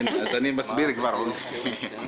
אז אני מסביר כבר, עוזי.